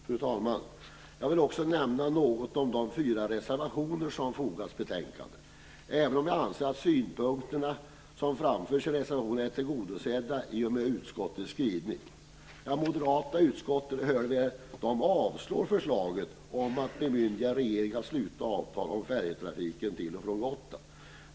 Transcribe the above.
Fru talman! Jag vill också nämna något om de fyra reservationer som har fogats till betänkandet, även om jag anser att de synpunkter som framförs i reservationerna är tillgodosedda i och med utskottets skrivning. Moderaterna i utskottet avslår förslaget att bemyndiga regeringen att sluta avtal om färjetrafiken till och från Gotland.